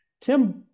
Tim